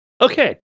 Okay